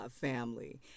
family